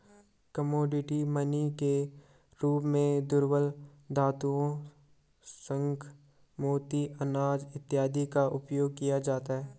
commodity money के रूप में दुर्लभ धातुओं शंख मोती अनाज इत्यादि का उपयोग किया जाता है